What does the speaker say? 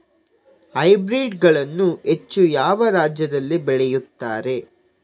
Hybrid ಗಳನ್ನು ಹೆಚ್ಚು ಯಾವ ರಾಜ್ಯದಲ್ಲಿ ಬೆಳೆಯುತ್ತಾರೆ?